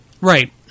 Right